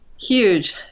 Huge